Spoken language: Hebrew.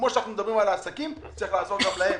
כמו שמדברים על העסקים, צריך לעזור גם להם.